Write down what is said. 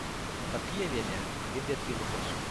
papievienė pagimdė trynukus